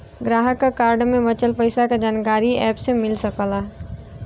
ग्राहक क कार्ड में बचल पइसा क जानकारी एप से मिल सकला